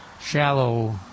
shallow